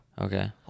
okay